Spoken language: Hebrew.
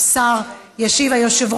אני.